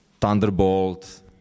thunderbolt